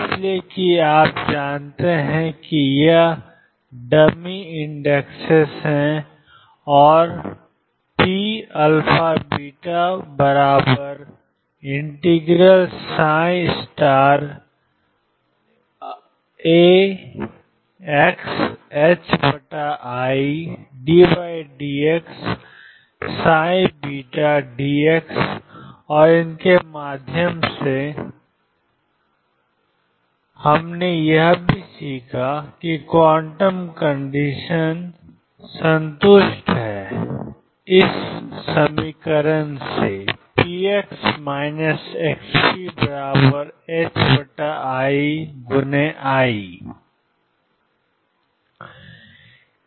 इसलिए कि आप जानते हैं कि ये डमी इंडेक्स हैं और pαβ∫xiddx dx और इनके माध्यम से हमने यह भी सीखा कि क्वांटम कंडीशन संतुष्ट है px xpiI संतुष्ट है